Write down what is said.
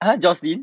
!huh! jocelyn